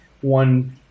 one